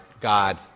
God